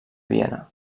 viena